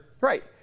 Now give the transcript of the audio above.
Right